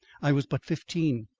i was but fifteen.